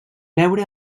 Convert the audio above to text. veure